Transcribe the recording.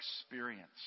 experience